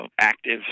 active